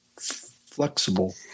flexible